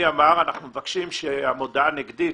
אמר אנחנו מבקשים שהמודעה הנגדית,